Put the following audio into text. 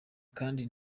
kandi